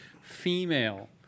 female